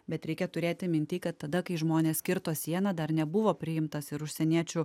bet reikia turėti minty kad tada kai žmonės kirto sieną dar nebuvo priimtas ir užsieniečių